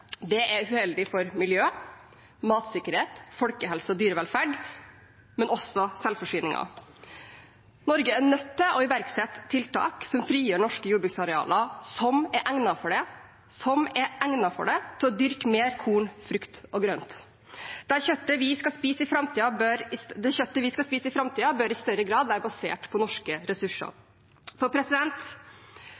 Det er uheldig for miljø, matsikkerhet, folkehelse og dyrevelferd, men også for selvforsyningen. Norge er nødt til å iverksette tiltak som frigjør norske jordbruksarealer som er egnet for det til å dyrke mer korn, frukt og grønt. Det kjøttet vi skal spise i framtiden, bør i større grad være basert på norske ressurser. Dagens kjøttproduksjon er helt avhengig av importerte fôrråvarer. Samtidig går norske